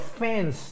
fans